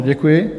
Děkuji.